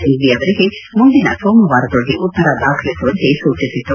ಸಿಂಫ್ಟಿ ಅವರಿಗೆ ಮುಂದಿನ ಸೋಮವಾರದೊಳಗೆ ಉತ್ತರ ದಾಖಲಿಸುವಂತೆ ಸೂಚಿಸಿತು